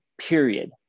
period